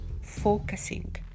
focusing